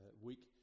week